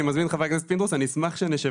אני מזמין את חברת הכנסת פינדרוס ואני אשמח שנשב